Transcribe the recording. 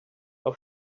how